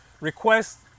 request